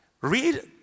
Read